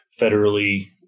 federally